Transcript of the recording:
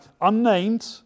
unnamed